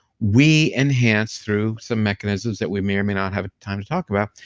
we enhance through some mechanisms that we may or may not have time to talk about,